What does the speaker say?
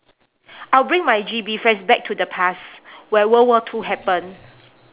I'll bring my G_B friends back to the past where world war two happened